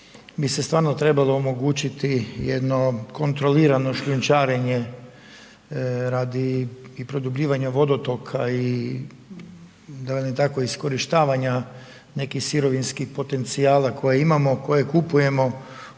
bi se stvarno trebalo omogućiti jedno kontrolirano šljunčarenje radi i produbljivanja vodotoka i da velim tako iskorištavanja nekih sirovinskih potencijala koje imamo, koje kupujemo